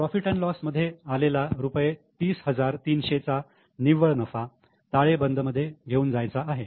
profit and loss profit loss मध्ये आलेला रुपये 30300चा निव्वळ नफा ताळेबंद मध्ये घेऊन जायचा आहे